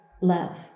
love